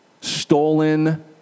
stolen